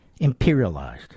imperialized